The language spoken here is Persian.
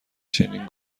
چنین